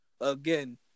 Again